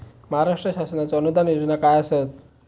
महाराष्ट्र शासनाचो अनुदान योजना काय आसत?